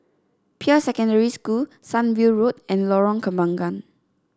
Peirce Secondary School Sunview Road and Lorong Kembangan